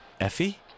Effie